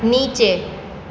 નીચે